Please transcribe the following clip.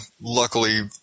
luckily